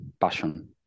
passion